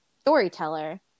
storyteller